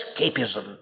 escapism